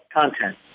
content